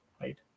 right